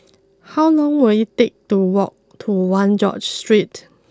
how long will it take to walk to one George Street